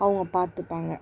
அவங்க பார்த்துப்பாங்க